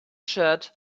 shirt